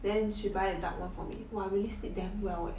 then she buy a dark one for me what we stood them well